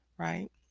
right